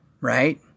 right